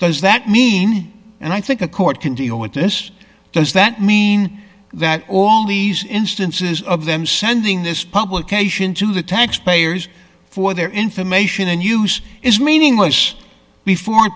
does that mean and i think a court can do you know what this does that mean that all these instances of them sending this publication to the taxpayers for their information and use is meaningless before